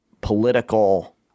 political